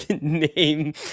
name